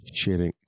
shitting